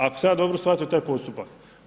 Ako sam ja dobro shvatio taj postupak.